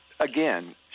Again